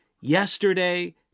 yesterday